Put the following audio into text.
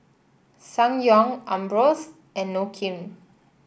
Ssangyong Ambros and Inokim